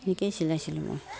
সেনেকৈয়ে চিলাইছিলোঁ মই